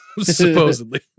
supposedly